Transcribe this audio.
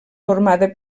formada